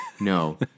no